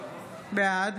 בעד